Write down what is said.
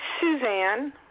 Suzanne